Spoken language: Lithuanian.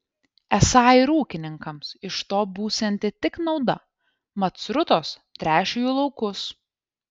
esą ir ūkininkams iš to būsianti tik nauda mat srutos tręš jų laukus